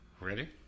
Ready